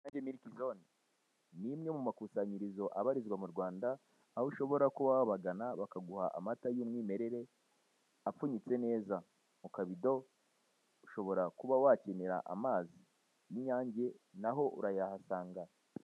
Inyange miriki zone ni imwe mu makusanyirizo abarizwa mu Rwanda aho ushobora kuba wabagana bakaguha amata y'umwimerere apfunyitse neza mu kabido ushobora kuba wakenera amazi y'Inyange naho urayahasanga.